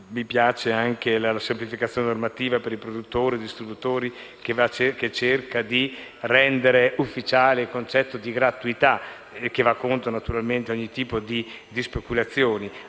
Mi piace anche la semplificazione normativa per i produttori e distributori, che cerca di rendere ufficiale il concetto di gratuità e che va contro ogni tipo di speculazione.